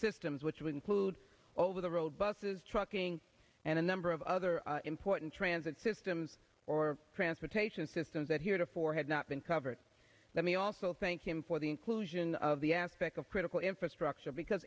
systems which would include over the road buses trucking and a number of other important transit systems or transportation systems that heretofore had not been covered let me also thank him for the inclusion of the aspect of critical infrastructure because